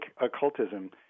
occultism